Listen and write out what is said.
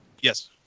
Yes